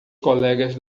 colegas